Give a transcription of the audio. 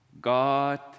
God